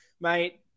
Mate